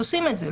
עושים את זה,